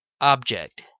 Object